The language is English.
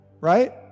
right